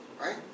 Right